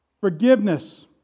forgiveness